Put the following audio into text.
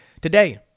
Today